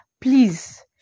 Please